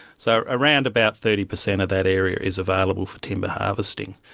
so around about thirty percent of that area is available for timber harvesting.